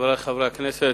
חברי חברי הכנסת,